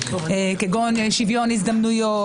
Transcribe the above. כגון שוויון הזדמנויות,